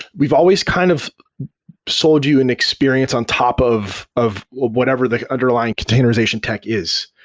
we've always kind of sold you an experience on top of of whatever the underlying containerization tech is.